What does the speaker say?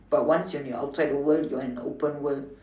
but once when you outside the world you are in open world